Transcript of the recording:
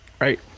Right